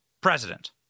president